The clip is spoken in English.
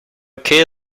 key